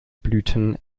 blüten